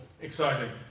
exciting